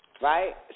Right